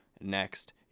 next